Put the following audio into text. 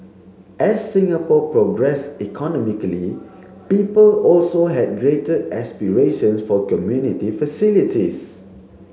as Singapore progressed economically people also had greater aspirations for community facilities